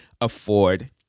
afford